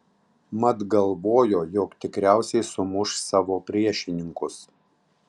mat galvojo jog tikriausiai sumuš savo priešininkus